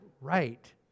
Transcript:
right